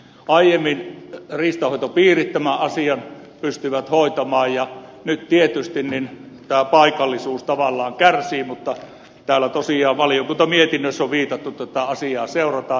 aiemmin riistanhoitopiirit tämän asian pystyivät hoitamaan ja nyt tietysti paikallisuus tavallaan kärsii mutta tosiaan valiokunnan mietinnössä on sanottu että tätä asiaa seurataan